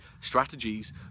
strategies